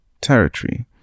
territory